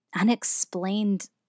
unexplained